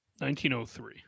1903